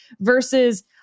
versus